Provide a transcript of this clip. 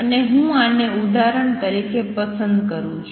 અને હું આને ઉદાહરણ તરીકે પસંદ કરું છું